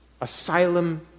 asylum